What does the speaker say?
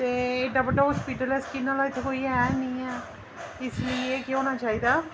ते एड्डा बड्डा अस्पताल ऐ स्किन दा इत्थै कोई है गै निं ऐ इस लेई एह् केह् होना चाहिदा